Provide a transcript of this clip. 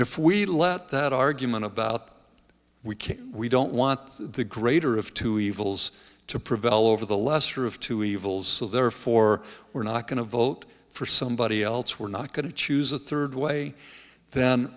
if we let that argument about we can't we don't want the greater of two evils to prevail over the lesser of two evils so therefore we're not going to vote for somebody else we're not going to choose a third way th